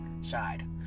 side